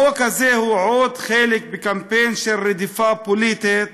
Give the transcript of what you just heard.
החוק הזה הוא עוד חלק מקמפיין של רדיפה פוליטית,